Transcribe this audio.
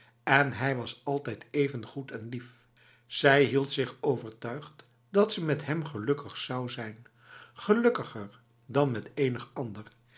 en hij was altijd even goed en lief zij hield zich overtuigd dat ze met hem gelukkig zou zijn gelukkiger dan met enig ander